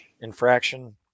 infraction